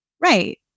right